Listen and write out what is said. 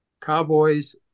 Cowboys